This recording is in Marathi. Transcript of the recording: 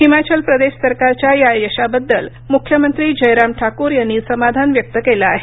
हिमाचल प्रदेश सरकारच्या या यशाबद्दल मुख्यमंत्री जयराम ठाकूर यांनी समाधान व्यक्त केलं आहे